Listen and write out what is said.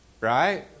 Right